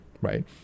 right